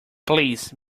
please